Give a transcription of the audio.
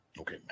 Okay